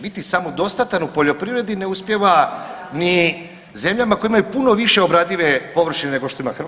Biti samodostatan u poljoprivredi ne uspijeva ni zemljama koje imaju puno više obradive površine nego što ima Hrvatska.